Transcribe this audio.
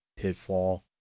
Pitfall